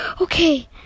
Okay